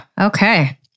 Okay